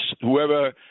whoever